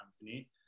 company